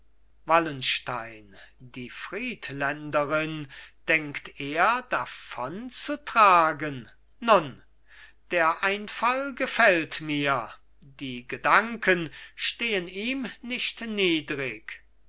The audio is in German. wallenstein die friedländerin denkt er davonzutragen nun der einfall gefällt mir die gedanken stehen ihm nicht niedrig